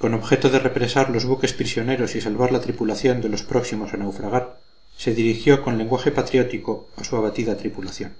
con objeto de represar los buques prisioneros y salvar la tripulación de los próximos a naufragar se dirigió con lenguaje patriótico a su abatida tripulación